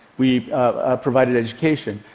we provided education.